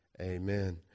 amen